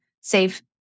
save